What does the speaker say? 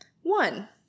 One